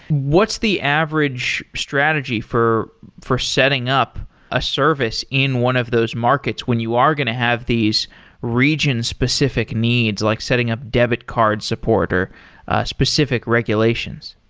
what's the average strategy for for setting up a service in one of those markets when you are going to have these region-specific needs, like setting up debit card support or specific regulations?